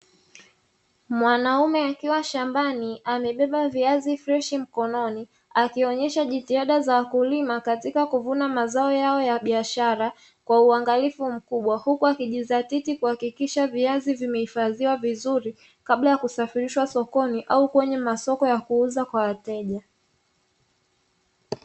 Mwanaume akiwa shambani amebeba viazi freshi mkononi, akionyesha jitiada za wakulima katika kuvuna mazao yao ya biashara kwa uangalifu mkubwa, huku akijidhatiti kuhakikisha viazi vimehifadhiwa vizuri kabla ya kusafirishwa sokoni au kwenye masoko ya kuuza kwa wateja.